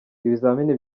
ibizamini